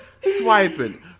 swiping